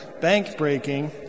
bank-breaking